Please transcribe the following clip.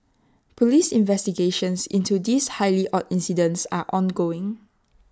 Police investigations into this highly odd incidents are ongoing